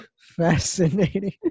fascinating